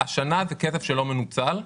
השנה זה כסף שלא מנוצל.